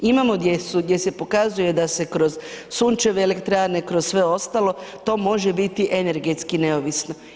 Imamo gdje su, gdje se pokazuje da se kroz sunčeve elektrane, kroz sve ostalo, to može biti energetski neovisno.